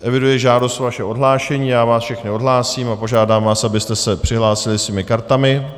Eviduji žádost o vaše odhlášení, já vás všechny odhlásím a požádám vás, abyste se přihlásili svými kartami.